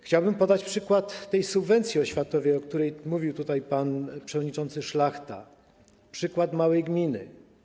Chciałbym podać przykład co do tej subwencji oświatowej, o której mówił tutaj pan przewodniczący Szlachta, przykład małej gminy.